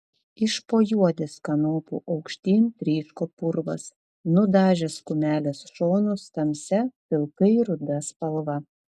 iš po juodės kanopų aukštyn tryško purvas nudažęs kumelės šonus tamsia pilkai ruda spalva